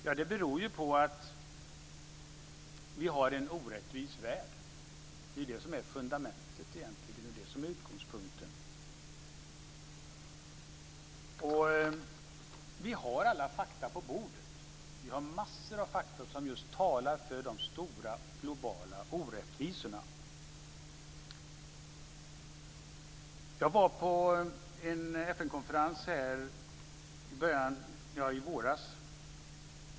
Jo, det beror på att vi har en orättvis värld. Det är det som egentligen är fundamentet. Det är det som är utgångspunkten. Vi har alla fakta på bordet. Vi har massor av fakta som just talar om de stora globala orättvisorna. Jag var på en FN-konferens i våras.